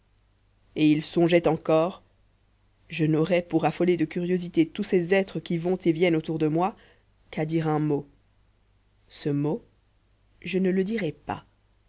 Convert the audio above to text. et il songeait encore je n'aurais pour affoler de curiosité tous ces êtres qui vont et viennent autour de moi qu'à dire un mot ce mot je ne le dirai pas